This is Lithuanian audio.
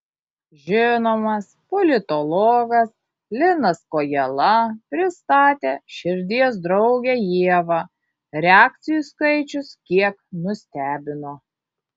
žinomas politologas linas kojala pristatė širdies draugę ievą reakcijų skaičius kiek nustebino